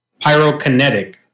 pyrokinetic